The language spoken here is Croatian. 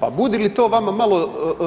Pa budi li to vama malo